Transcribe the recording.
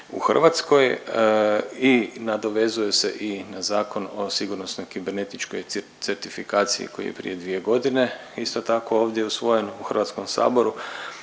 u Hrvatskoj i nadovezuje se i na Zakon o sigurnosnoj kibernetičkoj certifikaciji koji je prije dvije godine isto tako ovdje usvojen u Hrvatskom saboru